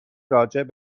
راجع